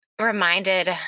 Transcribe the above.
reminded